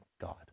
God